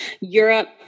Europe